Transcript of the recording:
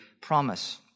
promise